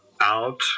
out